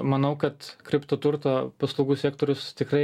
manau kad kripto turto paslaugų sektorius tikrai